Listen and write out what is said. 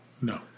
No